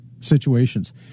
situations